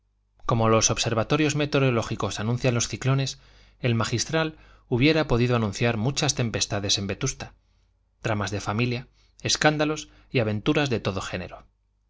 como los observatorios meteorológicos anuncian los ciclones el magistral hubiera podido anunciar muchas tempestades en vetusta dramas de familia escándalos y aventuras de todo género